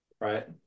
Right